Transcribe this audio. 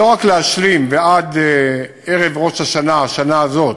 לא רק להשלים, ועד ערב ראש השנה, השנה הזאת,